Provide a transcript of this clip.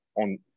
on